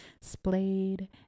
splayed